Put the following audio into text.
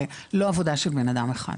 זה לא עבודה של בן אדם אחד.